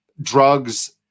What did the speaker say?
drugs